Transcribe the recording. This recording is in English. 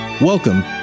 Welcome